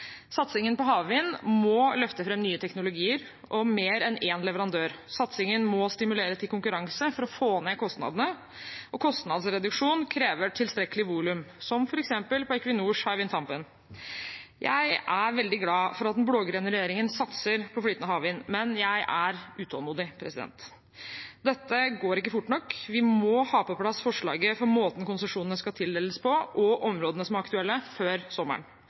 Satsingen på havvind må løfte fram nye teknologier og mer enn én leverandør. Satsingen må stimulere til konkurranse for å få ned kostnadene, og kostnadsreduksjon krever tilstrekkelig volum, som f.eks. på Equinors Hywind Tampen. Jeg er veldig glad for at den blå-grønne regjeringen satser på flytende havvind, men jeg er utålmodig. Dette går ikke fort nok, vi må ha på plass forslaget for måten konsesjonene skal tildeles på, og områdene som er aktuelle, før sommeren.